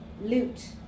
loot